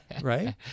right